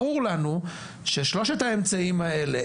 ברור לנו ששלושת האמצעים האלה,